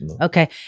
okay